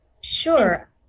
Sure